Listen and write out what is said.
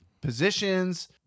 positions